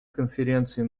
конференции